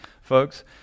folks